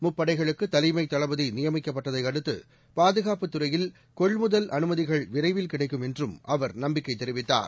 முப்படைகளுக்குதலைமைதளபதிநியமிக்கப்பட்டதையடுத்துபாதுகாப்பு துறையில் கொள்முதல் அனுமதிகள் விரைவில் கிடைக்கும் என்றுநம்பிக்கைதெரிவித்தார்